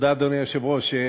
אדוני היושב-ראש,